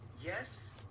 yes